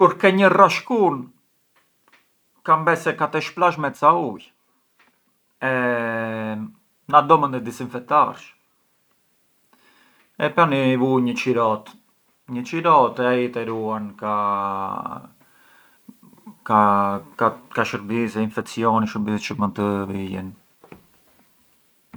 Kur ke një rashkun kam bes se ka t’e shplash me ca ujë e nga do mënd e disinfetarsh, e pran i vu një çirot, një çirot e ai te ruan ka… ka shurbise, infecjonë çë mënd të vijën.